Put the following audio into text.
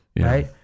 right